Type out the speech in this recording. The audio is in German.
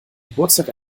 geburtstag